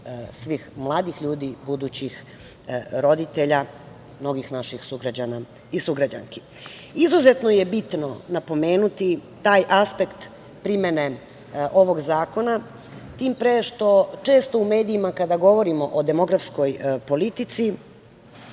svih mladih ljudi, budućih roditelja, novih naših sugrađana i sugrađanki. Izuzetno je bitno napomenuti taj aspekt primene ovog zakona, tim pre što često u medijima kada govorimo o demografskoj politici,